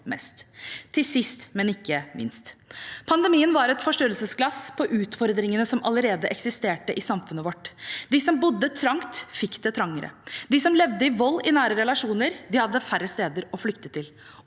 mest. Sist, men ikke minst: Pandemien var et forstørrelsesglass for utfordringene som allerede eksisterte i samfunnet vårt. De som bodde trangt, fikk det trangere. De som levde med vold i nære relasjoner, hadde færre steder å flykte til.